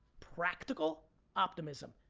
practical optimism.